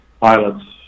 pilots